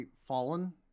fallen